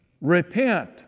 Repent